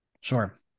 Sure